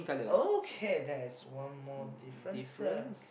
okay there is one more differences